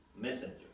messenger